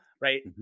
right